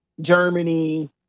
Germany